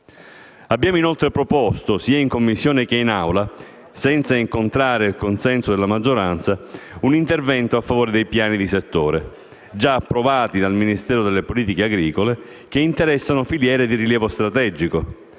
Abbiamo inoltre proposto, sia in Commissione che in Assemblea, senza incontrare il consenso della maggioranza, un intervento a favore dei Piani di settore, già approvati dal Ministero delle politiche agricole, che interessano filiere di rilievo strategico,